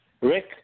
rick